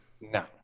No